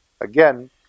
Again